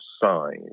size